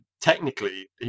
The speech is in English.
technically